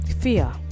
Fear